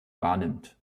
wahrnimmt